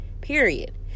Period